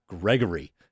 gregory